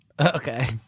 Okay